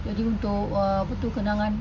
jadi untuk uh apa tu kenangan